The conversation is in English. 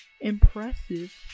impressive